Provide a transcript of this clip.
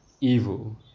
evil